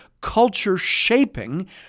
culture-shaping